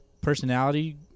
personality